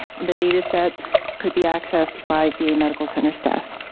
and the data set could be accessed by va medical center staff.